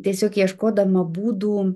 tiesiog ieškodama būdų